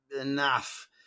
enough